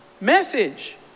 message